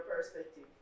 perspective